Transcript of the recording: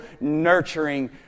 nurturing